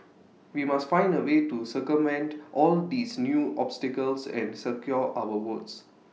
we must find A way to circumvent all these new obstacles and secure our votes